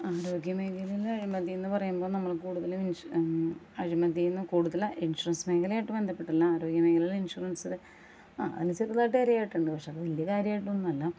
ആരോഗ്യ മേഖലയിൽ അഴിമതി എന്നു പറയുമ്പം നമ്മൾ കൂടുതൽ അഴിമതി എന്ന് കൂടുതൽ ഇൻഷുറൻസ് മേഖലയുമായി ബന്ധപ്പെട്ടിട്ടുള്ള ആരോഗ്യ മേഖലയിലെ ഇൻഷുറൻസ് ആ അതിന് ചെറുതായിട്ട് കാര്യമായിട്ടുണ്ട് പക്ഷെ അത് വലിയ കാര്യമായിട്ടൊന്നുമില്ല